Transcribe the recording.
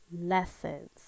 lessons